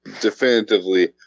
definitively